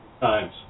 times